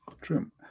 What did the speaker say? True